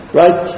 right